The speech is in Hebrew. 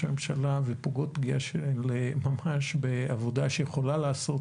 הממשלה ופוגעות פגיעה של ממש בעבודה שיכולה להיעשות